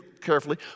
carefully